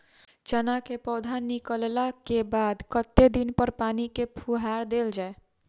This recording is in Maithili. चना केँ पौधा निकलला केँ बाद कत्ते दिन पर पानि केँ फुहार देल जाएँ?